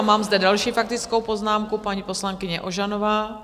Mám zde další faktickou poznámku paní poslankyně Ožanová.